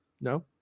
no